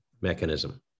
mechanism